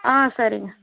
ஆ சரிங்க